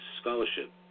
scholarship